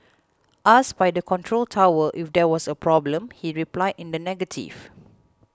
asked by the control tower if there was a problem he replied in the negative